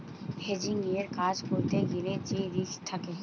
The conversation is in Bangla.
হেজিংয়ের কাজ করতে গ্যালে সে রিস্ক থাকে